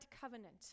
covenant